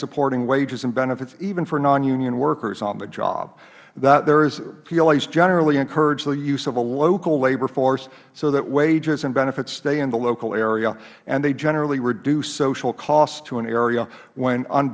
supporting wages and benefits even for non union workers on the job that there is plas generally encourage the use of a local labor force so that wages and benefits stay in the local area and they generally reduce social costs to an area when